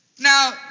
Now